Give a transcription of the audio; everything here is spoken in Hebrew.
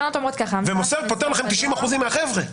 ומוסר פותר לכם 90% מהחבר'ה.